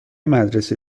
مدرسه